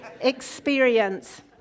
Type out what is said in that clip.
experience